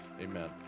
Amen